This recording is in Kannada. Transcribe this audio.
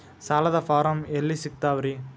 ಸಾಲದ ಫಾರಂ ಎಲ್ಲಿ ಸಿಕ್ತಾವ್ರಿ?